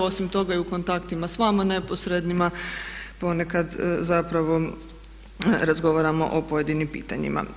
Osim toga i u kontaktima s vama neposrednima ponekad zapravo razgovaramo o pojedinim pitanjima.